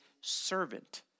servant